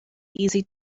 easy